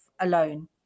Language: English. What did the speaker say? alone